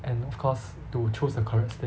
and of course to choose the correct steak